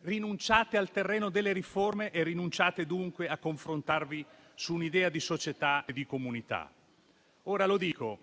Rinunciate al terreno delle riforme e rinunciate dunque a confrontarvi su un'idea di società e di comunità. Ora, lo dico,